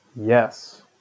yes